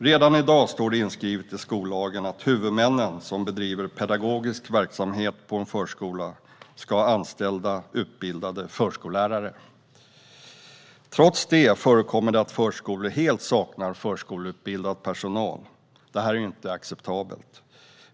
Redan i dag står det inskrivet i skollagen att huvudmännen som bedriver pedagogisk verksamhet på en förskola ska anställa utbildade förskollärare. Trots det förekommer det att förskolor helt saknar utbildade förskollärare. Detta är inte acceptabelt.